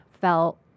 felt